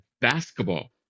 basketball